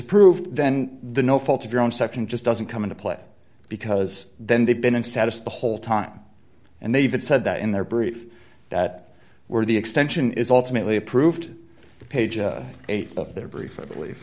approved then the no fault of your own section just doesn't come into play because then they've been in status the whole time and they've said that in their brief that we're the extension is ultimately approved page eight of their brief believe